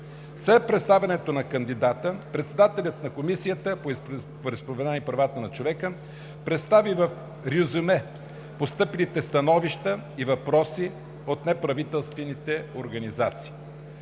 След представянето на кандидата председателят на Комисията по вероизповеданията и правата на човека представи в резюме постъпилите становища и въпроси от неправителствени организации.